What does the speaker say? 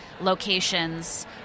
locations